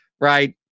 right